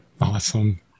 Awesome